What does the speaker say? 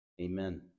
Amen